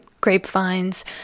grapevines